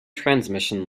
transmission